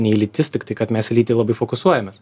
nei lytis tik tai kad mes į lytį labai fokusuojamės